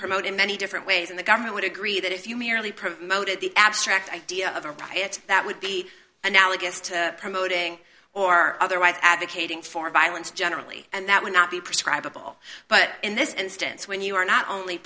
promote in many different ways and the government would agree that if you merely promoted the abstract idea of a profit that would be analogous to promoting or otherwise advocating for violence generally and that would not be prescribe of all but in this instance when you are not only